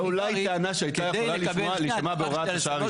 זאת אולי טענה שהייתה יכולה להישמע בהוראת השעה הראשונה.